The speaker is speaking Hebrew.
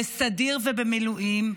בסדיר ובמילואים,